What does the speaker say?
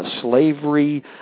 slavery